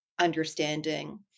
understanding